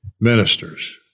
ministers